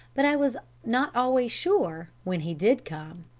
but i was not always sure, when he did come,